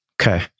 Okay